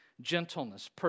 gentleness